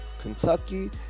Kentucky